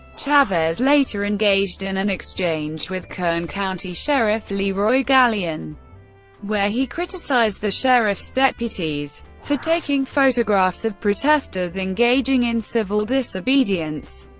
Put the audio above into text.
chavez later engaged in an exchange with kern county sheriff leroy galyen where he criticized the sheriff's deputies for taking photographs of protesters engaging in civil disobedience.